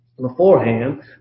beforehand